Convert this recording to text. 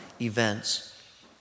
events